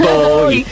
Boy